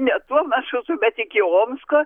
ne tuo maršrutu bet iki omsko